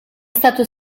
stato